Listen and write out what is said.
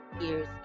years